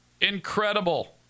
incredible